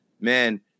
man